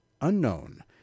unknown